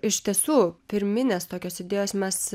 iš tiesų pirminės tokios idėjos mes